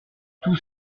tout